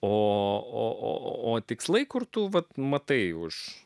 o tikslai kur tu vat matai už